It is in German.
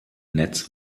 netz